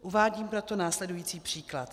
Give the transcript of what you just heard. Uvádím proto následující příklad.